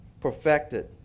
perfected